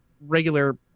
regular